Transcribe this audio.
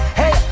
hey